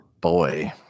Boy